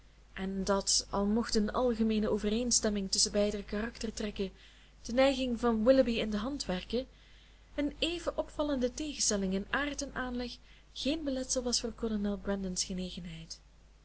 en dat al mocht een algemeene overeenstemming tusschen beider karaktertrekken de neiging van willoughby in de hand werken een even opvallende tegenstelling in aard en aanleg geen beletsel was voor kolonel brandon's genegenheid